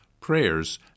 prayers